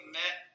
met